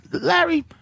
Larry